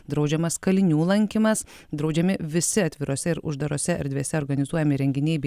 draudžiamas kalinių lankymas draudžiami visi atvirose ir uždarose erdvėse organizuojami renginiai bei